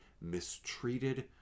mistreated